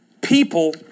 people